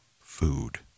food